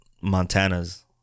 Montana's